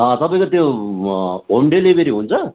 तपाईँको त्यो home delivery हुन्छ